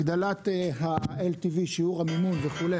הגדלת ה-LTV שיעור המימון וכו'.